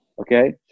okay